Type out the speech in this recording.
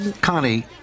Connie